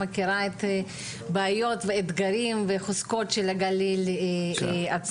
מכירה את בעיות והאתגרים ואת החוזקות של הגליל עצמו.